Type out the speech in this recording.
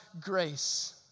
grace